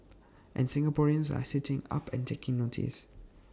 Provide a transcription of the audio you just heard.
and Singaporeans are sitting up and taking notice